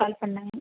கால் பண்ணிணேன்